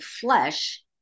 flesh